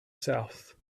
south